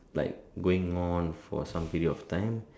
like going on for some period of time